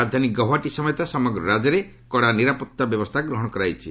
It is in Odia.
ରାଜଧାନୀ ଗୌହାଟୀ ସମେତ ସମଗ୍ର ରାଜ୍ୟରେ କଡ଼ା ନିରାପତ୍ତା ବ୍ୟବସ୍ଥା ଗ୍ରହଣ କରାଯାଇଛି